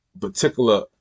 particular